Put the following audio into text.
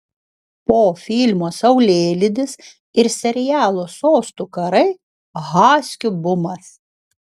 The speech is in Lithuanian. po filmo saulėlydis ir serialo sostų karai haskių bumas